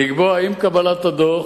לקבוע עם קבלת הדוח